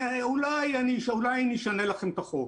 אולי אני אשנה לכם את החוק.